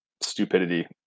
stupidity